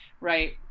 right